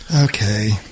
Okay